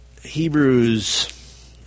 Hebrews